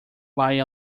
lie